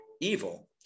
evil